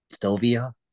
Sylvia